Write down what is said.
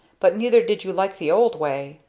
but neither did you like the old way.